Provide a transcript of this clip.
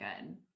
good